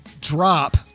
drop